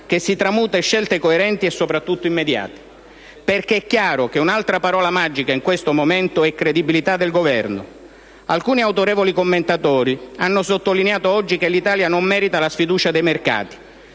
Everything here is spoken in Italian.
che si tramuta in scelte coerenti e, soprattutto, immediate, perché è chiaro che un'altra parola magica in questo momento è credibilità del Governo. Alcuni autorevoli commentatori hanno sottolineato oggi che l'Italia non merita la sfiducia dei mercati,